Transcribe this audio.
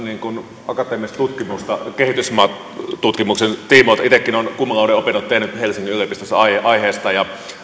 akateemista tutkimusta kehitysmaatutkimuksen tiimoilta itsekin olen cum laude opinnot tehnyt helsingin yliopistossa aiheesta ja